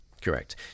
Correct